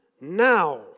now